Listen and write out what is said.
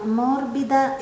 morbida